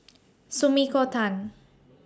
Sumiko Tan